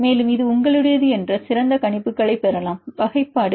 மேலும் இது உங்களுடையது என்ற சிறந்த கணிப்புகளைப் பெறலாம் வகைப்பாடு